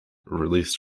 released